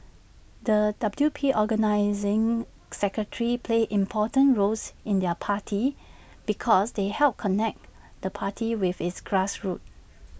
the W P organising secretaries play important roles in their party because they help connect the party with its grassroots